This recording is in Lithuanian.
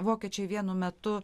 vokiečiai vienu metu